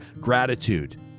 gratitude